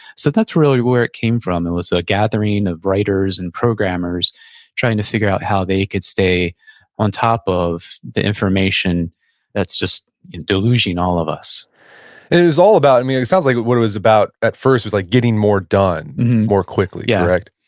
so that's really where it came from, was a gathering of writers and programmers trying to figure out how they could stay on top of the information that's just deluging all of us it was all about, i and mean, it sounds like what it was about at first was like getting more done more quickly, yeah correct?